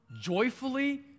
joyfully